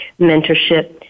mentorship